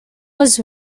was